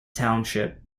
township